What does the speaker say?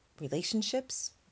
relationships